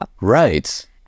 Right